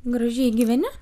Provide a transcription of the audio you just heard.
gražiai gyveni